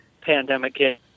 pandemic